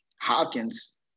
Hopkins